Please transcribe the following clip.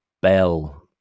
bell